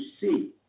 see